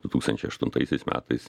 du tūkstančiai aštuntaisiais metais